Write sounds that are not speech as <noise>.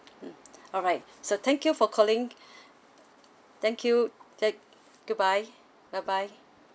mm alright so thank you for calling <breath> thank you goodbye bye bye